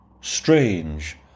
strange